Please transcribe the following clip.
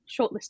shortlisted